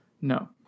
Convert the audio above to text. no